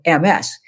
MS